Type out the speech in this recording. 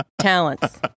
talents